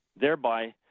thereby